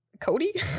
cody